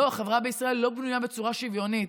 לא, החברה בישראל לא בנויה בצורה שוויונית.